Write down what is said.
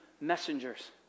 messengers